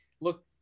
Look